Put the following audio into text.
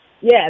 Yes